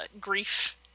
grief